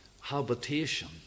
Habitation